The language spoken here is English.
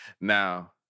Now